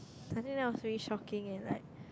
I think that was really shocking eh like